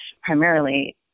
primarily